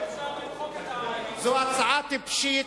אדוני היושב-ראש, אפשר למחוק, זו הצעה טיפשית,